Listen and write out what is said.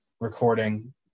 recording